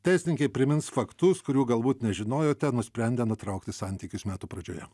teisininkai primins faktus kurių galbūt nežinojote nusprendę nutraukti santykius metų pradžioje